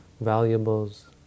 valuables